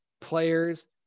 players